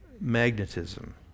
magnetism